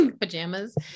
pajamas